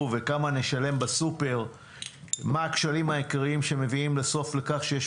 וכמה נשלם בסופר ומה הכשלים העיקריים שמביאים בסוף לכך שיש